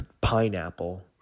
pineapple